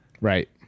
right